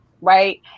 Right